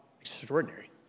extraordinary